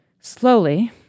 Slowly